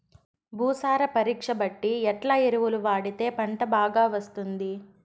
భూసార పరీక్ష బట్టి ఎట్లా ఎరువులు వాడితే పంట బాగా వస్తుంది?